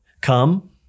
come